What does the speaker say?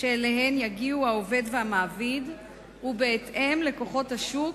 שאליהן יגיעו העובד והמעביד ובהתאם לכוחות השוק,